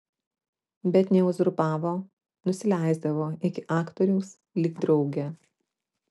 bet neuzurpavo nusileisdavo iki aktoriaus lyg draugė